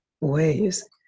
ways